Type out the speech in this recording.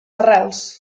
arrels